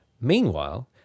Meanwhile